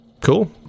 cool